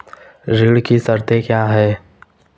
ऋण की शर्तें क्या हैं?